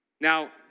Now